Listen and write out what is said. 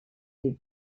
des